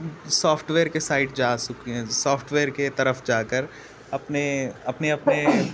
soft where کے side جا software کی طرف جا کر اپنے اپنے اپنے